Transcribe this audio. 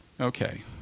Okay